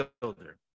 builder